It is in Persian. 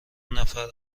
نفر